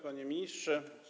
Panie Ministrze!